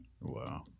wow